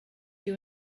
you